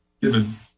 given